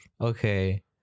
okay